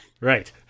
Right